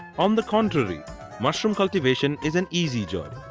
on the contrary mushroom cultivation is an easy job.